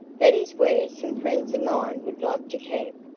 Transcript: that is where some friends of mine would like to camp,